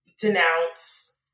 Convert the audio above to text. denounce